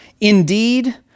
Indeed